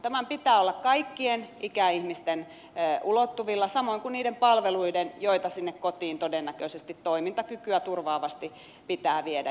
tämän pitää olla kaikkien ikäihmisten ulottuvilla samoin kuin niiden palveluiden joita sinne kotiin todennäköisesti toimintakykyä turvaavasti pitää viedä